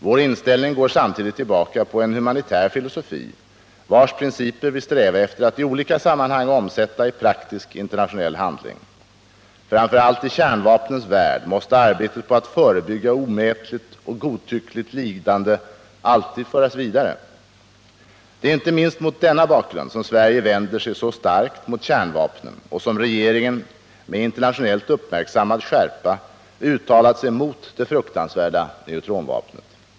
Vår inställning går samtidigt tillbaka på en humanitär filosofi, vars principer vi strävar efter att i olika sammanhang omsätta i praktisk internationell handling. Framför allt i kärnvapnens värld måste arbetet på att förebygga omätligt och godtyckligt lidande alltid föras vidare. Det är icke minst mot denna bakgrund som Sverige vänder sig så starkt mot kärnvapnen och som regeringen med internationellt uppmärksammad skärpa uttalat sig mot det fruktansvärda neutronvapnet.